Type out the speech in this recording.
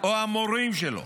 או המורים שלו